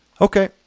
Okay